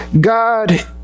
God